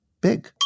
big